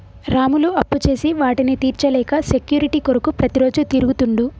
రాములు అప్పుచేసి వాటిని తీర్చలేక సెక్యూరిటీ కొరకు ప్రతిరోజు తిరుగుతుండు